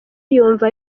yumva